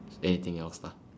anything else lah